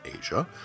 Asia